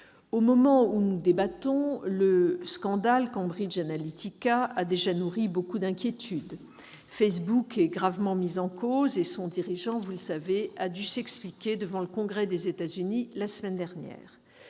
Au moment où nous débattons, le scandale Cambridge Analytica a déjà nourri beaucoup d'inquiétudes. Facebook est gravement mis en cause et son dirigeant a dû s'expliquer devant le Congrès des États-Unis la semaine dernière.